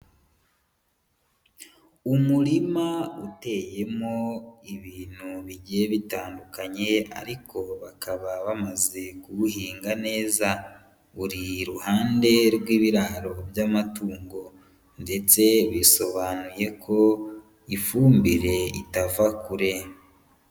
Umurima uteyemo ibintu bigiye bitandukanye, ariko bakaba bamaze kuwuhinga neza. Uri iruhande rw'ibiraro by'amatungo, ndetse bisobanuye ko ifumbire itava kure.